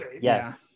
yes